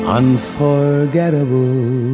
unforgettable